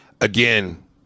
Again